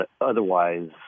otherwise